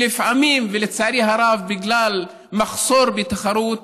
שלפעמים, ולצערי הרב בגלל מחסור בתחרות,